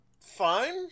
fine